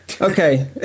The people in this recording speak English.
Okay